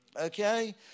Okay